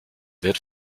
wird